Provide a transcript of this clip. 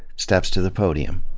steps to the podium.